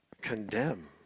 condemn